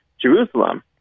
Jerusalem